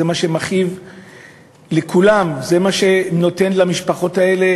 זה מה שמכאיב לכולם, זה מה שעושה למשפחות האלה